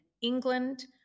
England